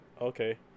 Okay